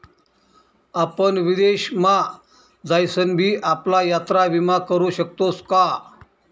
आपण विदेश मा जाईसन भी आपला यात्रा विमा करू शकतोस का?